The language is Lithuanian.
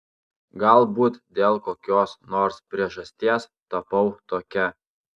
galbūt dėl kokios nors priežasties tapau tokia